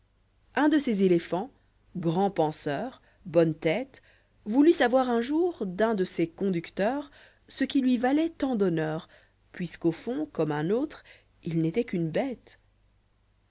un de ces éléphants grand penseur bonne tête voulut savoir un jour d'un de ses conducteurs ce qui lui valoit tant d'honneurs puisqu'au fond comme un autre il n'était qu'une bête